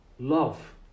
Love